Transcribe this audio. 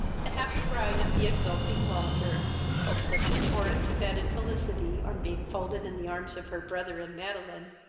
the happy bride of the exulting walter felt such a torrent of added felicity, on being folded in the arms of her brother and madeline,